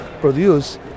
produce